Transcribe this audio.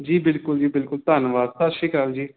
ਜੀ ਬਿਲਕੁਲ ਜੀ ਬਿਲਕੁਲ ਧੰਨਵਾਦ ਸਤਿ ਸ਼੍ਰੀ ਅਕਾਲ ਜੀ